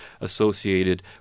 associated